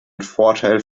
vorteil